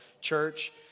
church